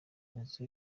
inzu